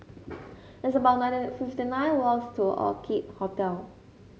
it's about ninety fifty nine walks to Orchid Hotel